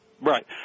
Right